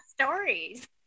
stories